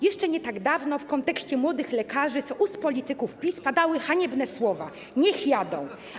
Jeszcze nie tak dawno w kontekście młodych lekarzy z ust polityków PiS padały haniebne słowa: niech jadą.